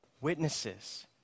witnesses